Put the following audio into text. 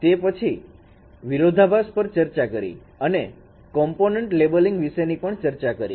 તે પછી વિરોધાભાસ પર ચર્ચા કરી અને કોમ્પોનન્ટ લેબલિંગ વિશેની પણ ચર્ચા કરી